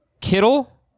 Kittle